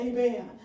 Amen